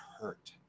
hurt